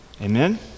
Amen